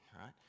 right